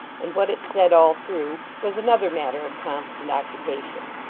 and what it said all through, was another matter of constant occupation.